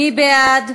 מי בעד?